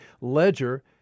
Ledger